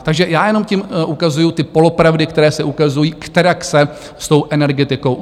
Takže já jenom tím ukazuji ty polopravdy, které se ukazují, kterak se s tou energetikou zahýbalo.